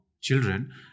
children